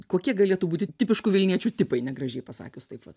kokie galėtų būti tipiškų vilniečių tipai negražiai pasakius taip vat